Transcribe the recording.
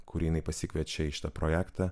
kurį jinai pasikviečia į šitą projektą